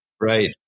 Right